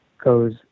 goes